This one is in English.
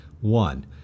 One